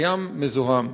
הים מזוהם.